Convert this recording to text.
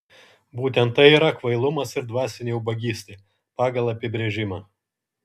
būtent tai yra kvailumas ir dvasinė ubagystė pagal apibrėžimą